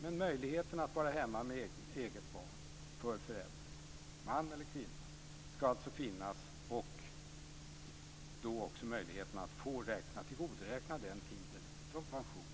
Men möjligheten för en förälder, man eller kvinna, att vara hemma med eget barn skall alltså finnas. Det skall också finnas möjlighet att få tillgodoräkna sig den tiden som pensionsgrundande osv.